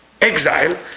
exile